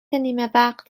نیمهوقت